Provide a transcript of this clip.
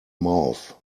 mouth